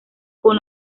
con